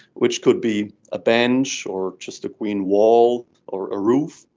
which could be a bench or just a green wall or a roof,